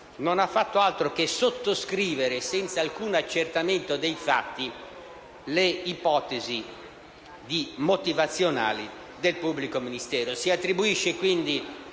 non ha fatto altro che sottoscrivere, senza alcun accertamento dei fatti, le ipotesi motivazionali del pubblico ministero.